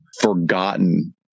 forgotten